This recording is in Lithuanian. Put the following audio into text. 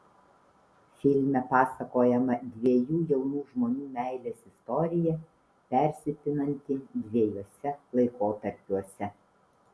filme pasakojama dviejų jaunų žmonių meilės istorija persipinanti dviejuose laikotarpiuose